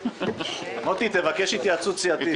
מוטי, תבקש התייעצות סיעתית.